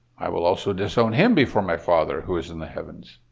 i will also disown him before my father who is in the heavens.